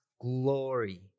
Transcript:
glory